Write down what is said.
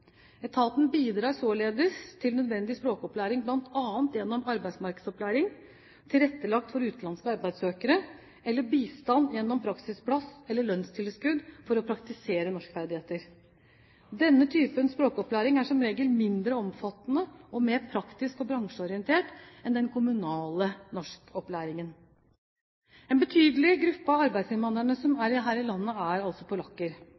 Etaten bidrar således til nødvendig språkopplæring, bl.a. gjennom arbeidsmarkedsopplæring, spesielt tilrettelagt for utenlandske arbeidssøkere, eller bistand gjennom praksisplass eller lønnstilskudd for å praktisere norskferdigheter. Denne type språkopplæring er som regel mindre omfattende og mer praktisk og bransjeorientert enn den kommunale norskopplæringen. En betydelig gruppe av arbeidsinnvandrerne som er